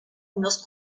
unos